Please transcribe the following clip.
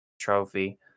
trophy